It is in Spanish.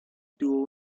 tuvo